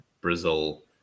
Brazil